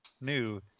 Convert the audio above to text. New